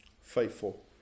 Faithful